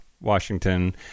Washington